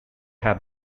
have